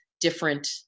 different